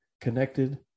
connected